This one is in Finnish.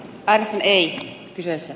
hän ei kyseessä